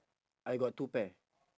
I got two pair